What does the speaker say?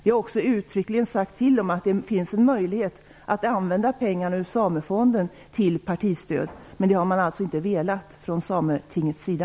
Vi har också uttryckligen uttalat att det finns en möjlighet att använda pengarna i Samefonden till partistöd, men det har Sametinget inte velat göra.